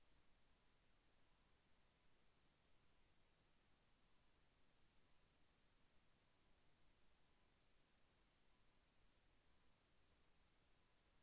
వరిలో పాముపొడ తెగులు ఏ విధంగా వ్యాప్తి చెందుతాయి?